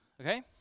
okay